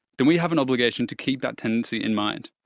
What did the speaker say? then we have an obligation to keep that tendency in mind,